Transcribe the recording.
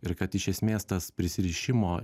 ir kad iš esmės tas prisirišimo